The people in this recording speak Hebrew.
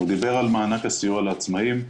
הוא דיבר על מענק הסיוע לעצמאים,